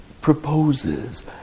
proposes